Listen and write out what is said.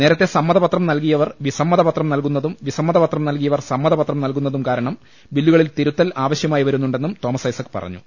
നേരത്തെ സമ്മതപത്രം നൽകിയ വർ വിസമ്മതപത്രം നൽകുന്നതും വിസമ്മതപത്രം നൽകിയവർ സമ്മതപത്രം നൽകുന്നതും കാരണം ബില്ലുകളിൽ തിരുത്തൽ ആവശ്യമായി വരുന്നുണ്ടെന്നും തോമസ് ഐസക് പറഞ്ഞു